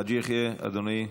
חאג' יחיא, אדוני.